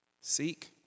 Seek